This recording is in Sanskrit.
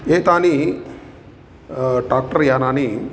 एतानि टाक्टर् यानानि